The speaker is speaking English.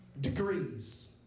degrees